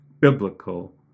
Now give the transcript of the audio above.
biblical